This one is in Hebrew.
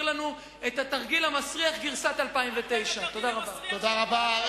לנו את התרגיל המסריח גרסת 2009. תודה רבה.